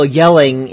yelling